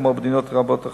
כמו במדינות רבות אחרות,